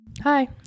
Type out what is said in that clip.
Hi